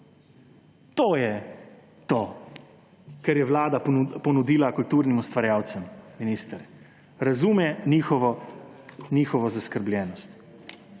To je to, kar je Vlada ponudila kulturnim ustvarjalce, minister! Razume njihovo zaskrbljenost.